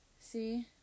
See